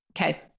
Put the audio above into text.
Okay